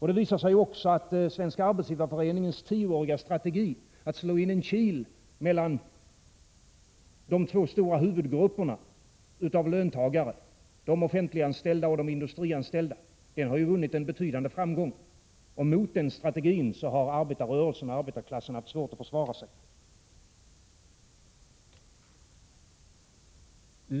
Det visar sig också att Svenska arbetsgivareföreningens tioåriga strategi, att slå in en kil mellan de två stora huvudgrupperna av löntagare — de offentliganställda och de industrianställda — har vunnit en betydande framgång. Mot denna strategi har arbetarrörelsen och arbetarklassen haft svårt att försvara sig.